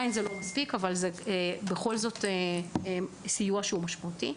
זה לא מספיק אבל מדובר בסיוע משמעותי.